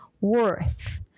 worth